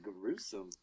gruesome